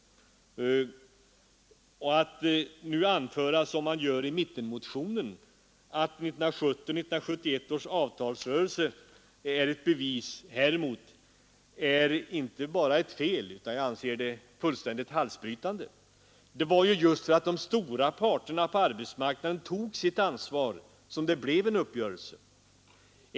Att nu anföra, som man gör i mittenmotionen, att 1970-1971 års avtalsrörelse är ett bevis häremot är som jag ser det inte bara fel utan fullständigt halsbrytande. Det var ju just för att de stora parterna på arbetsmarknaden tog sitt ansvar som det blev en uppgörelse.